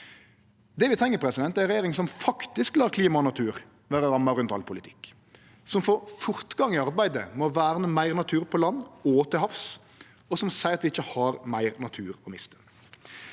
Det vi treng, er ei regjering som faktisk lar klima og natur vere ramma rundt all politikk, som får fortgang i arbeidet med å verne meir natur på land og til havs, og som seier at vi ikkje har meir natur å miste.